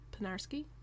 Panarski